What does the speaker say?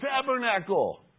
tabernacle